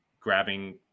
grabbing